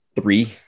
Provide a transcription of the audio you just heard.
Three